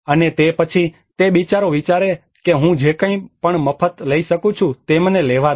અને તે પછી તે બિચારો વિચારે છે કે હું જે કંઇ પણ મફત લઈ શકું તે મને લેવા દો